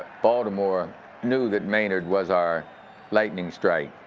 baltimore knew that maynard was our lightning strike.